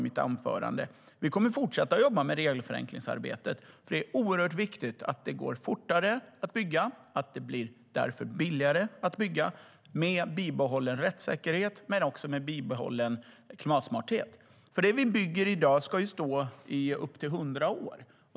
Vi kommer att fortsätta att jobba med regelförenklingsarbetet, för det är oerhört viktigt att det går fortare att bygga och att det därför blir billigare att bygga med bibehållen rättssäkerhet men också med bibehållen klimatsmarthet. Det vi bygger i dag ska ju stå i upp till hundra år.